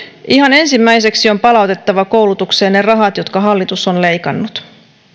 ihan ensimmäiseksi on palautettava koulutukseen ne rahat jotka hallitus on leikannut